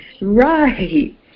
right